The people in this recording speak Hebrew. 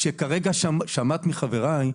שכרגע שמעת מחבריי,